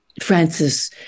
Francis